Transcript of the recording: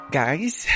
guys